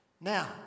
Now